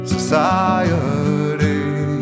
Society